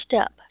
step